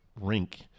rink